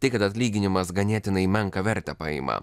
tai kad atlyginimas ganėtinai menką vertę paima